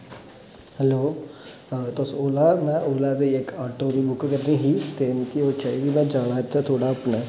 hello तुस Ola में Ola दे इक आटो बुक करनी ही ते मिकी ओह् चाहिदी में जाना इत्थै थोह्ड़ा अपने